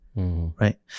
Right